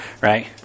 right